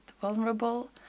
vulnerable